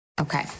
Okay